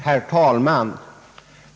Herr talman!